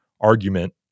argument